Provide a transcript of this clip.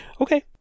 okay